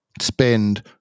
spend